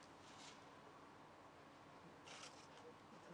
אני